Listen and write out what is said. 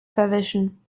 verwischen